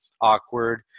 awkward